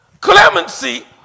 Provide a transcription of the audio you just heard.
clemency